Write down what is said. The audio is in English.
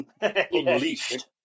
Unleashed